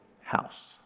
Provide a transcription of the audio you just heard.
house